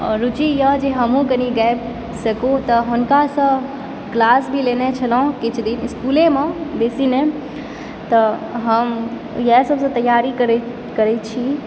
आओर रुचि यऽ जे हमहुँ कनि गाबि सकु तऽ हुनकासँ क्लास भी लेने छलहुँ किछु दिन इस्कूलेमऽ बेसी नहि तऽ हम इएहसभसँ तैयारी करैत छी